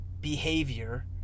behavior